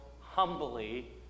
humbly